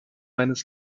meines